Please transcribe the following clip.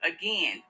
again